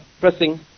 pressing